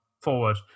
forward